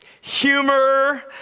humor